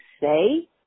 say